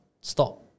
stop